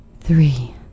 three